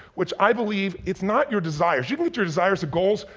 which i believe it's not your desires. you can get your desires or goals.